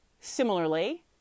similarly